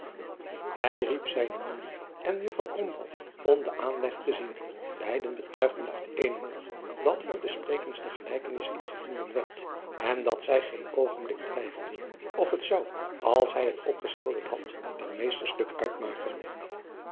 ij riep zijne moeije en uffrouw om den aanleg te zien beiden betuigden uit éénen mond dat er de sprekendste gelijkenis in gevonden werd en dat zij geen oogenblik twijfelden of het zou als hij het opgeschilderd had een meesterstuk uitmaken